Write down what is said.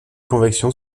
convection